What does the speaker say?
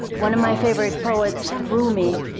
one of my favorite poets, rumi,